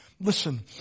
Listen